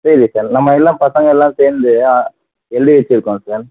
சரி சார் நம்ம எல்லாம் பசங்க எல்லாம் சேர்ந்து எழுதி வச்சியிருக்கோம் சார்